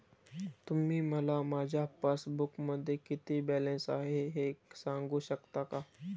तुम्ही मला माझ्या पासबूकमध्ये किती बॅलन्स आहे हे सांगू शकता का?